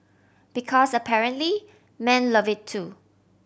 because apparently men love it too